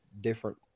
different